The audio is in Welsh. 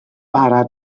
bara